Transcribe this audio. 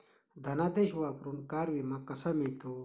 धनादेश वापरून कार विमा कसा मिळतो?